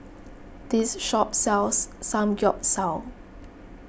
this shop sells Samgyeopsal